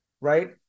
right